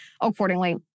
accordingly